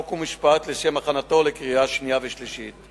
חוק ומשפט לשם הכנתו לקריאה שנייה ולקריאה שלישית.